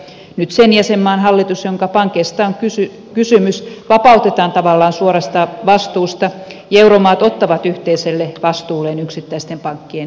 nyt sen jäsenmaan hallitus jonka pankeista on kysymys vapautetaan tavallaan suorastaan vastuusta ja euromaat ottavat yhteiselle vastuulleen yksittäisten pankkien pelastamisen